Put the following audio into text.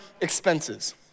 expenses